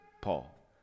Paul